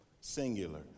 singular